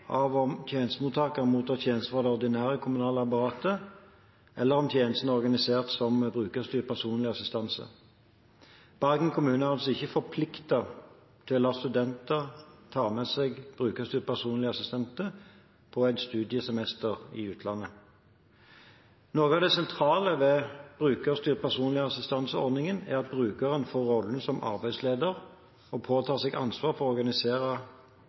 av om tjenestemottakeren mottar tjenester fra det ordinære kommunale apparatet eller om tjenesten er organisert som brukerstyrt personlig assistanse. Bergen kommune er altså ikke forpliktet til å la studenter ta med seg brukerstyrt personlig assistanse på et studiesemester i utlandet. Noe av det sentrale ved BPA-ordningen er at brukeren får rollen som arbeidsleder og påtar seg ansvar for